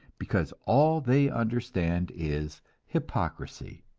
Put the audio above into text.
because all they understand is hypocrisy.